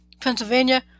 Pennsylvania